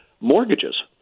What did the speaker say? mortgages